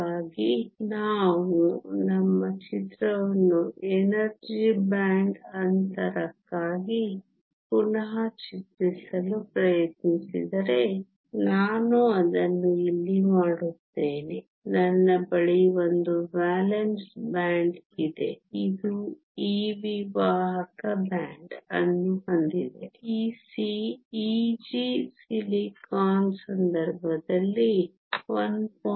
ಹಾಗಾಗಿ ನಾವು ನಮ್ಮ ಚಿತ್ರವನ್ನು ಎನರ್ಜಿ ಬ್ಯಾಂಡ್ ಅಂತರಕ್ಕಾಗಿ ಪುನಃ ಚಿತ್ರಿಸಲು ಪ್ರಯತ್ನಿಸಿದರೆ ನಾನು ಅದನ್ನು ಇಲ್ಲಿ ಮಾಡುತ್ತೇನೆ ನನ್ನ ಬಳಿ ಒಂದು ವೇಲೆನ್ಸ್ ಬ್ಯಾಂಡ್ ಇದೆ ಇದು EV ವಾಹಕ ಬ್ಯಾಂಡ್ ಅನ್ನು ಹೊಂದಿದೆ Ec Eg ಸಿಲಿಕಾನ್ ಸಂದರ್ಭದಲ್ಲಿ 1